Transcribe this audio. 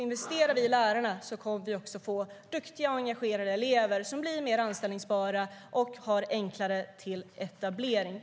Investerar vi i lärarna kommer vi också att få duktiga och engagerade elever som blir mer anställbara och har lättare att etablera sig.